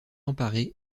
emparée